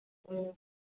ꯎꯝ